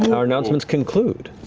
our announcements conclude,